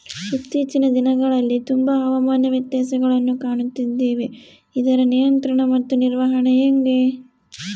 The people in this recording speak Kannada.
ಇತ್ತೇಚಿನ ದಿನಗಳಲ್ಲಿ ತುಂಬಾ ಹವಾಮಾನ ವ್ಯತ್ಯಾಸಗಳನ್ನು ಕಾಣುತ್ತಿದ್ದೇವೆ ಇದರ ನಿಯಂತ್ರಣ ಮತ್ತು ನಿರ್ವಹಣೆ ಹೆಂಗೆ?